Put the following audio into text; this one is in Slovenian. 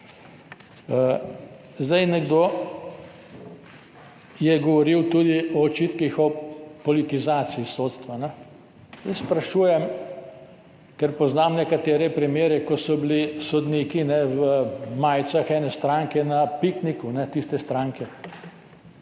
Nekdo je govoril tudi o očitkih o politizaciji sodstva. Jaz sprašujem, ker poznam nekatere primere, ko so bili sodniki v majicah ene stranke na pikniku tiste stranke